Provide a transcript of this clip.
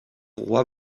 roi